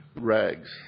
rags